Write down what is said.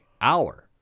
Hour